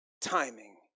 timing